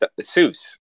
Seuss